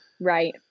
Right